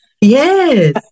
Yes